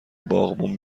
باغبون